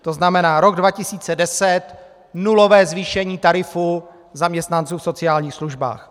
To znamená rok 2010 nulové zvýšení tarifů zaměstnanců v sociálních službách.